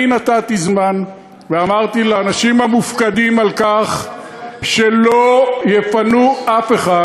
אני נתתי זמן ואמרתי לאנשים המופקדים על כך שלא יפנו אף אחד,